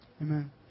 Amen